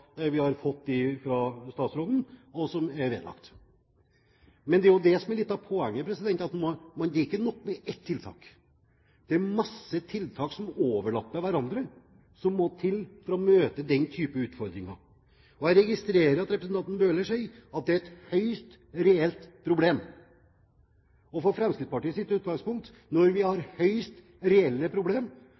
Men det er jo det som er litt av poenget, at det er ikke nok med ett tiltak. Det er masse tiltak som overlapper hverandre som må til for å møte den type utfordringer. Jeg registrerer at representanten Bøhler sier at det er et høyst reelt problem. Fremskrittspartiets utgangspunkt når vi har et høyst reelt problem,